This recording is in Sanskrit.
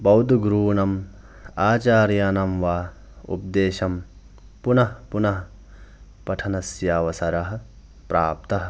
बौद्धगुरूणम् आचार्याणां वा उद्देशं पुनः पुनः पठनस्य अवसरः प्राप्तः